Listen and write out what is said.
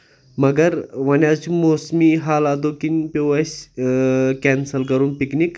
مَگر وونۍ حظ چھُ موسمی حالاتو کِنۍ پیٚو اَسہِ کینسٕل کرُن پِکنِک